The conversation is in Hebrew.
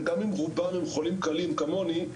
וגם אם רובם חולים קלים כמוני,